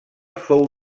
fou